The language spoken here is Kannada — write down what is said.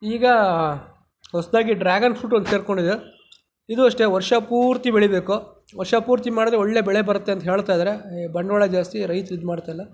ಈಗ ಹೊಸದಾಗಿ ಡ್ರ್ಯಾಗನ್ ಫ್ರೂಟ್ ಒಂದು ಸೇರಿಕೊಂಡಿದೆ ಇದು ಅಷ್ಟೇ ವರ್ಷ ಪೂರ್ತಿ ಬೆಳಿಬೇಕು ವರ್ಷ ಪೂರ್ತಿ ಮಾಡಿದರೆ ಒಳ್ಳೆ ಬೆಳೆ ಬರತ್ತೆ ಅಂತ ಹೇಳ್ತಯಿದ್ದಾರೆ ಈ ಬಂಡವಾಳ ಜಾಸ್ತಿ ರೈತ್ರು ಇದು ಮಾಡ್ತಾಯಿಲ್ಲ